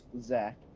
Zach